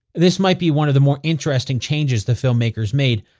this might be one of the more interesting changes the filmmakers made.